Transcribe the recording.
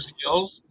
skills